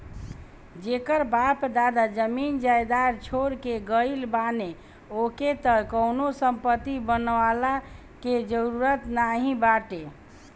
जेकर बाप दादा जमीन जायदाद छोड़ के गईल बाने ओके त कवनो संपत्ति बनवला के जरुरत नाइ बाटे